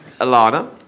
Alana